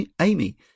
Amy